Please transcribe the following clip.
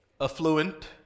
affluent